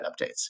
updates